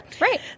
Right